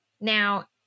Now